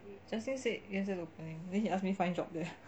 justin said opening then he ask me find job there